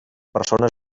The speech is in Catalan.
persones